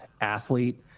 athlete